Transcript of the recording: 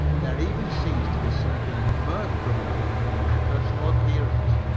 there even seems to be something mirth-provoking in my personal appearance,